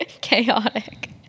chaotic